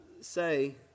say